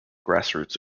grassroots